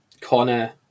Connor